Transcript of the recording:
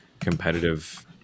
competitive